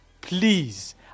please